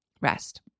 rest